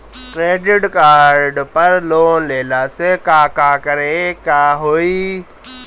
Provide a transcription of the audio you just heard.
Credit card पर loan लेला से का का करे क होइ?